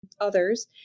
others